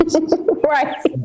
Right